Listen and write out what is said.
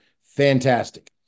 fantastic